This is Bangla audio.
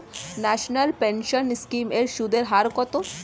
ন্যাশনাল পেনশন স্কিম এর সুদের হার কত?